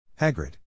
Hagrid